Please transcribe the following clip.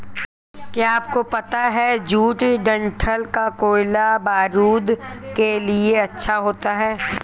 क्या आपको पता है जूट डंठल का कोयला बारूद के लिए अच्छा होता है